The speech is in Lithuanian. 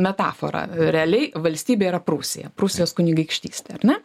metafora realiai valstybė yra prūsija prūsijos kunigaikštystė ar ne